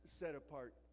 set-apart